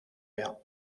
mehr